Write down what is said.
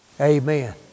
Amen